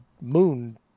moon